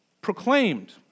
proclaimed